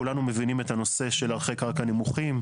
כולנו מבינים את הנושא של ערכי קרקע נמוכים.